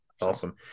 Awesome